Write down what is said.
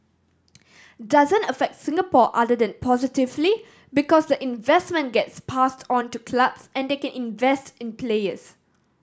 doesn't affect Singapore other than positively because the investment gets passed on to clubs and they can invest in players